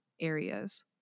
areas